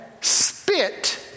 spit